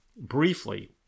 briefly